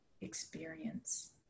experience